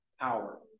Power